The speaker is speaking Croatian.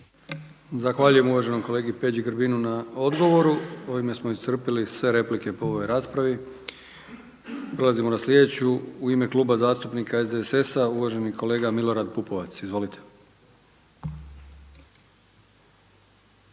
Zahvaljujem uvaženom kolegi Peđi Grbinu na odgovoru. Ovime smo iscrpili sve replike po ovoj raspravi. Prelazimo na sljedeću. U ime Kluba zastupnika SDSS-a uvaženi kolega Milorad Pupovac. Izvolite.